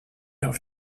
auf